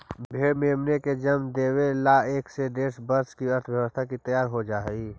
भेंड़ मेमनों को जन्म देवे ला एक से डेढ़ वर्ष की अवस्था में ही तैयार हो जा हई